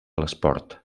l’esport